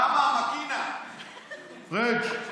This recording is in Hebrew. למה, פריג',